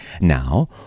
Now